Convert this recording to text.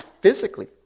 physically